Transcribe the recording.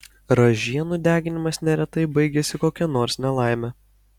ražienų deginimas neretai baigiasi kokia nors nelaime